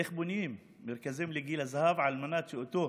איך בונים מרכזים לגיל הזהב על מנת שאותם